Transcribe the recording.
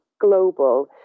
global